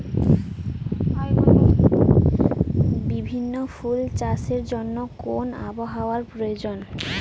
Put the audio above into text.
বিভিন্ন ফুল চাষের জন্য কোন আবহাওয়ার প্রয়োজন?